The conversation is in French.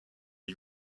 les